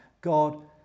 God